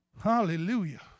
Hallelujah